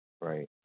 right